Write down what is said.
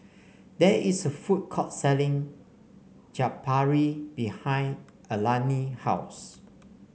there is a food court selling Chaat Papri behind Alani house